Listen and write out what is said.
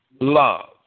love